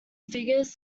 figures